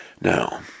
Now